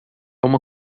uma